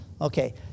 Okay